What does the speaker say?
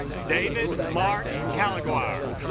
david mark cal aguar